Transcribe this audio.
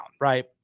right